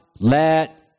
let